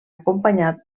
acompanyat